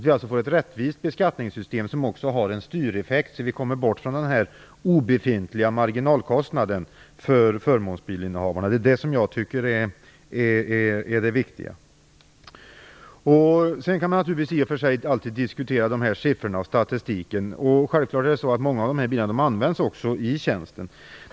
Vi bör ha ett rättvist beskattningssystem som också har en styreffekt, så att vi kommer bort ifrån den här obefintliga marginalkostnaden för förmånsbilsinnehavarna. Det tycker jag är viktigast. Man kan naturligtvis alltid diskutera siffrorna och statistiken. Många av bilarna används självfallet också i tjänsten.